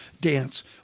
dance